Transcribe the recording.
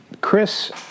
Chris